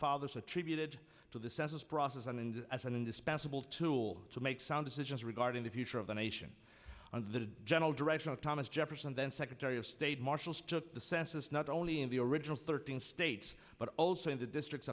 fathers attributed to the census process and as an indispensable tool to make sound decisions regarding the future of the nation and the general direction of thomas jefferson then secretary of state marshals to the census not only in the original thirteen states but also in the districts